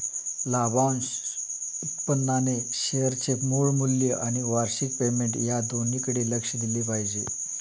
लाभांश उत्पन्नाने शेअरचे मूळ मूल्य आणि वार्षिक पेमेंट या दोन्हीकडे लक्ष दिले पाहिजे